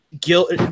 guilt